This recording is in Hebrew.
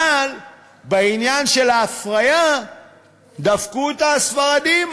אבל בעניין של ההפריה דפקו את הספרדים,